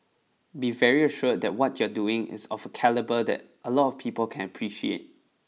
be very assured that what you're doing is of a calibre that a lot of people can appreciate